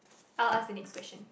I'll ask the next question